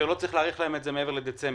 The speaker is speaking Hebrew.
ושלא צריך להאריך להם את זה מעבר לדצמבר.